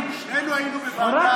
שנינו היינו בוועדה למיגור,